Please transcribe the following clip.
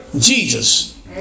Jesus